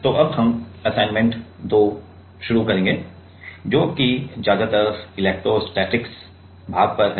तो अब हम असाइनमेंट 2 शुरू करेंगे जो कि ज्यादातर इलेक्ट्रोस्टैटिक्स भाग पर है